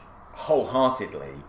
wholeheartedly